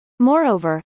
Moreover